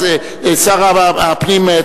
אז שר הפנים,